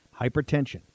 Hypertension